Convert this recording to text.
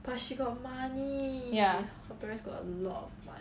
ya